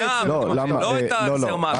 לא זה מה שהוא אמר.